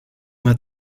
hat